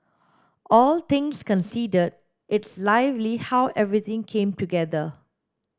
all things considered it's lovely how everything came together